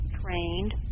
trained